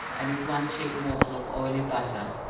and his one cheap morsel of oily butter,